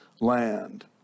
land